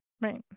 Right